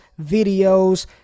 videos